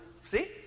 See